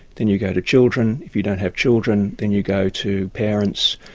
then you go to children. if you don't have children, then you go to parents,